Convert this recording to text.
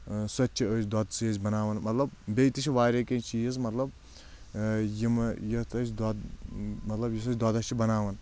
سۄ تہِ چھِ أسۍ دۄدسٕے أسۍ بناوان مطلب بیٚیہِ تہِ چھِ واریاہ کینٛہہ چیٖز مطلب یِم یتھ أسۍ دۄد مطلب یُس أسۍ دۄدس چھِ بناوان